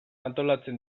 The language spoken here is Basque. antolatzen